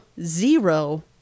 zero